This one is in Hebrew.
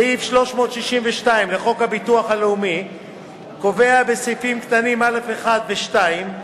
סעיף 362 לחוק הביטוח הלאומי קובע בסעיפים קטנים (א)(1) ו-(2)